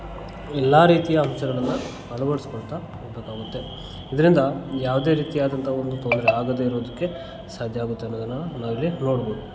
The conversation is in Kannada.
ಎಲ್ಲ ರೀತಿಯ ವಿಚಾರಗಳನ್ನು ಅಳವಡಿಸಿಕೊಳ್ತಾ ಹೋಗಬೇಕಾಗುತ್ತೆ ಇದರಿಂದ ಯಾವುದೇ ರೀತಿಯಾದಂತಹ ಒಂದು ತೊಂದರೆ ಆಗದೆ ಇರೋದಕ್ಕೆ ಸಾಧ್ಯ ಆಗುತ್ತೆ ಅನ್ನೋದನ್ನು ನಾವಿಲ್ಲಿ ನೋಡ್ಬೋದು